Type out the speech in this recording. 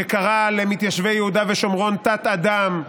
שקרא למתיישבי יהודה ושומרון "תת-אדם",